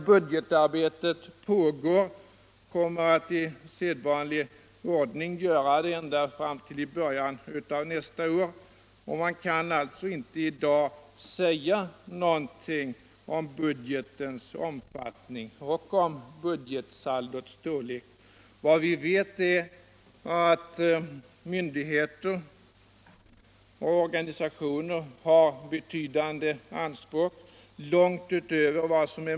Budgetarbetet pågår och kommer att i sedvanlig ordning pågå ända fram till början av nästa år. Man kan alltså inte i dag säga någonting om budgetens omfattning och om budgetsaldots storlek. Vad vi vet är att myndigheter och organisationer har betydande anspråk.